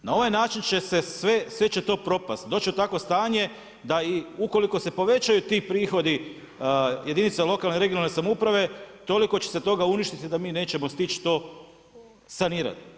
Na ovaj način će sve, sve će to propasti, doći će i takvo stanje da i ukoliko se povećaju ti prihodi jedinice lokalne i regionalne samouprave toliko će se toga uništiti da mi nećemo stići to sanirati.